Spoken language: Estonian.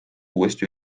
uuesti